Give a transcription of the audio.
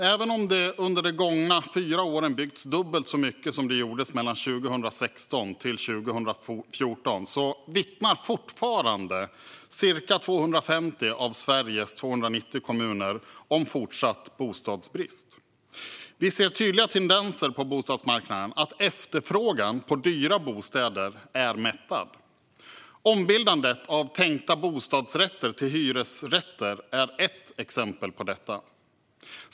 Även om det under de gångna fyra åren har byggts dubbelt så mycket som det gjordes mellan 2006 och 2014 vittnar ca 250 av Sveriges 290 kommuner om en fortsatt bostadsbrist. Vi ser tydliga tendenser på bostadsmarknaden att efterfrågan på dyra bostäder är mättad. Ombildandet av tänkta bostadsrätter till hyresrätter är ett exempel på detta.